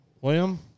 William